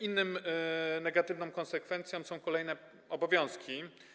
Inną negatywną konsekwencją są kolejne obowiązki.